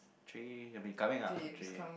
three he'll be coming up ah three